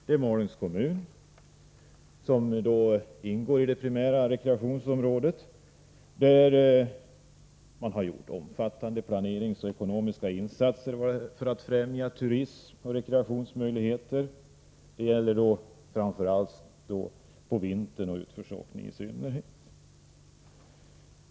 Det är Malungs kommun, som ingår i det primära rekreationsområdet. Man har där gjort omfattande planeringsmässiga och ekonomiska insatser för att främja turism och rekreation. Det gäller då framför allt på vintern och i synnerhet utförsåkning.